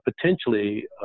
potentially